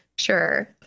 Sure